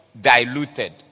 diluted